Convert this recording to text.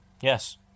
Yes